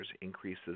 increases